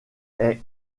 est